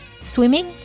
swimming